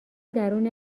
درون